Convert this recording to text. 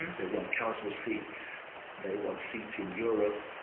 and they won council seats they won seats in europe.